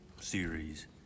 series